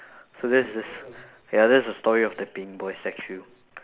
so that's the s~ ya that's the story of the peeing boy statue